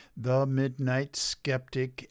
themidnightskeptic